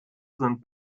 sind